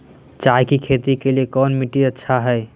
चाय की खेती के लिए कौन मिट्टी अच्छा हाय?